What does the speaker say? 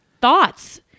thoughts